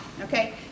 okay